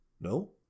no